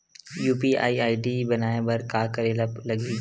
UPI ID बनाये बर का करे ल लगही?